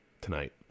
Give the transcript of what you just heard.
tonight